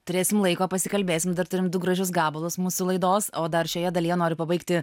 turėsim laiko pasikalbėsim dar turim du gražius gabalus mūsų laidos o dar šioje dalyje noriu pabaigti